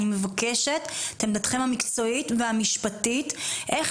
אני מבקשת את עמדתכם המקצועית והמשפטית איך